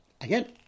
Again